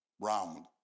round